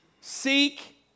Seek